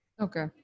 Okay